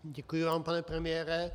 Děkuji vám, pane premiére.